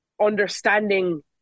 understanding